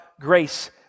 grace